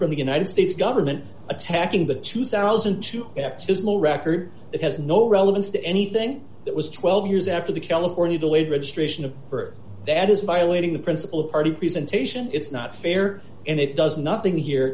from the united states government attacking the two thousand and two dismal record it has no relevance to anything it was twelve years after the california delayed registration of birth that is violating the principle of party presentation it's not fair and it does nothing here